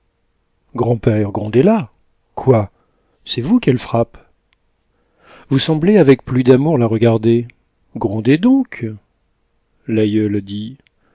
grand-père grondez la quoi c'est vous qu'elle frappe vous semblez avec plus d'amour la regarder grondez donc l'aïeul dit